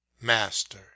MASTER